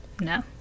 No